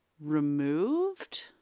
removed